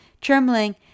Trembling